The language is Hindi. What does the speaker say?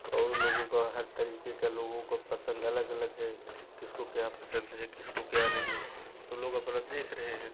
और लोगों की हर तरीक़े का लोगों की पसंद अलग अलग है किसको क्या पसंद है क्या नहीं तो लोग अपना देख रहे हैं